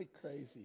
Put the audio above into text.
crazy